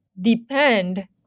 depend